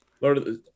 lord